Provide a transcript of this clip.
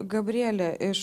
gabrielė iš